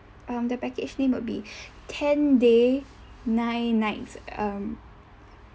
um the package name would be ten day nine nights um